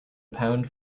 pound